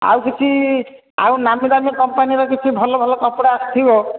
ଆଉ କିଛି ଆଉ ନାମି ଦାମି କମ୍ପାନିର କିଛି ଭଲ ଭଲ କପଡ଼ା ଆସିବ